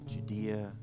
Judea